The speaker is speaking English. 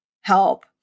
help